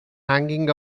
hanging